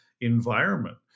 environment